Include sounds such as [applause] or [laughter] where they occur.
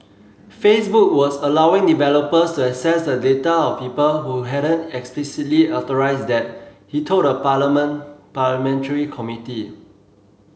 Facebook was allowing developers access the data of people who hadn't explicitly authorised that he told a [unintelligible] parliamentary committee